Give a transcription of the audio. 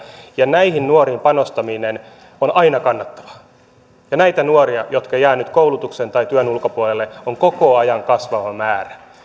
näihin nuoriin panostaminen on aina kannattavaa näitä nuoria jotka jäävät nyt koulutuksen tai työn ulkopuolelle on koko ajan kasvava määrä